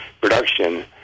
production